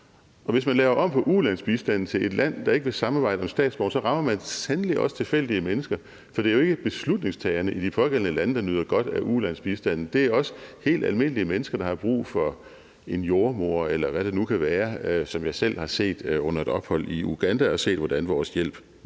og hvis man laver om på ulandsbistanden til et land, der ikke vil samarbejde om statsborgere, så rammer man sandelig også tilfældige mennesker. For det er jo ikke kun beslutningstagerne i de pågældende land, der nyder godt af ulandsbistanden, det er også helt almindelige mennesker, der har brug for en jordemoder, eller hvad det nu kan være, som jeg selv har set det under et ophold i Uganda, hvor jeg har set, hvordan vores hjælp